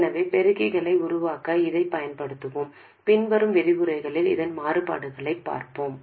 எனவே பெருக்கிகளை உருவாக்க இதைப் பயன்படுத்துவோம் பின்வரும் விரிவுரைகளில் இதன் மாறுபாடுகளைப் பார்ப்போம்